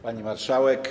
Pani Marszałek!